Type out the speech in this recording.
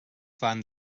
fan